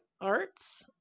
arts